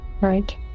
right